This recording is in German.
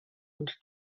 und